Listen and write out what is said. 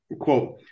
quote